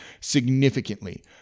significantly